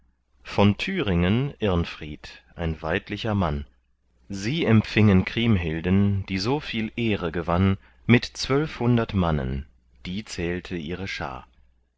von thüringen irnfried ein weidlicher mann sie empfingen kriemhilden die so viel ehre gewann mit zwölfhundert mannen die zählte ihre schar